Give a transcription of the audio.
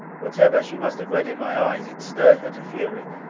whatever she must have read in my eyes, it stirred her to fury.